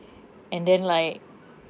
and then like